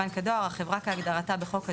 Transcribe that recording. "בנק הדואר" - החברה כהגדרתה בחוק הדואר,